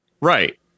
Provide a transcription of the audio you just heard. Right